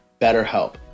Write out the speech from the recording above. BetterHelp